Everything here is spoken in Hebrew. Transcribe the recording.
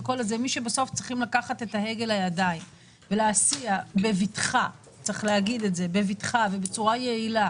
ומי שבסוף צריכים לקחת את ההגה לידיים ולהסיע בבטחה ובצורה יעילה